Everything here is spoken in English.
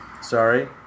sorry